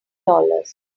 dollars